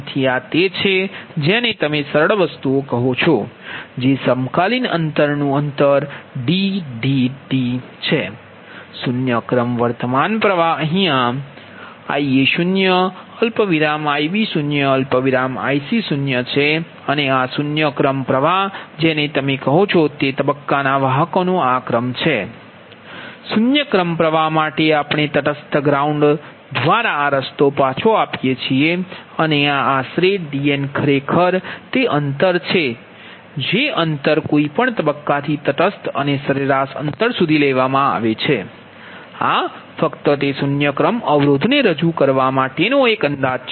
તેથી આ તે છે જેને તમે સરળ વસ્તુ કહો છો જે સમકાલીન અંતરનું અંતર D D D છે શૂન્ય ક્રમ વર્તમાન અહીં Ia0Ib0Ic0 છે અને આ શૂન્ય ક્રમ વર્તમાન જેને તમે કહો છો તે તબક્કાના વાહકોને આ ક્રમ છે શૂન્ય ક્રમ પ્ર્વાહ માટે આપણે તટસ્થ ગ્રાઉન્ડ દ્વારા આ રસ્તો પાછો આપીએ છીએ અને આ આશરે Dnખરેખર તે અંતર છે જે અંતર કોઈપણ તબક્કાથી તટસ્થ અને સરેરાશ અંતર સુધી લેવામાં આવે છે આ ફક્ત તે શૂન્ય ક્રમ અવરોધને રજૂ કરવા માટેનો એક અંદાજ છે